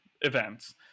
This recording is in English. events